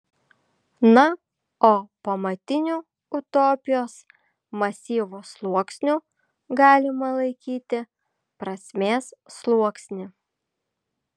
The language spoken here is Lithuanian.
na o pamatiniu utopijos masyvo sluoksniu galima laikyti prasmės sluoksnį